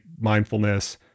mindfulness